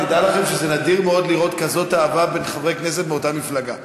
תדעו לכם שזה נדיר מאוד לראות כזאת אהבה בין חברי כנסת מאותה מפלגה,